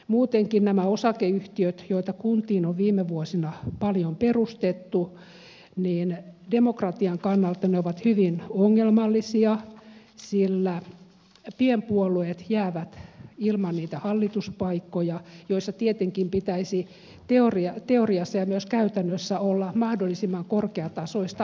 muutenkin nämä osakeyhtiöt joita kuntiin on viime vuosina paljon perustettu ovat demokratian kannalta hyvin ongelmallisia sillä pienpuolueet jäävät ilman hallituspaikkoja joissa tietenkin pitäisi teoriassa ja myös käytännössä olla mahdollisimman korkeatasoista osaamista